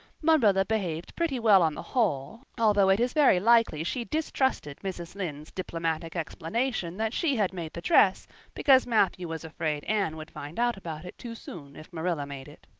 marilla behaved pretty well on the whole, although it is very likely she distrusted mrs. lynde's diplomatic explanation that she had made the dress because matthew was afraid anne would find out about it too soon if marilla made it.